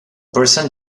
person